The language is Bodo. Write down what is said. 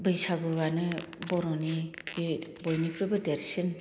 मोनसे बैसागुआनो बर'नि बयनिफ्रायबो देरसिन